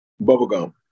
Bubblegum